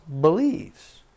believes